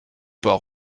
pas